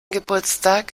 geburtstag